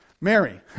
Mary